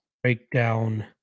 Breakdown